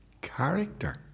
character